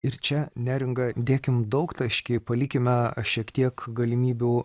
ir čia neringa dėkim daugtaškį palikime šiek tiek galimybių